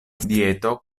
dieto